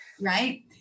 right